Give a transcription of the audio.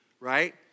right